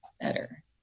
better